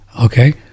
okay